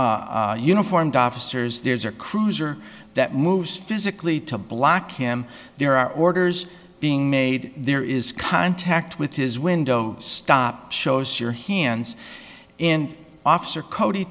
to uniformed officers there's a cruiser that moves physically to block him there are orders being made there is contact with his window stop shows your hands in officer cod